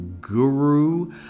guru